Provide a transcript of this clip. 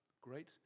Great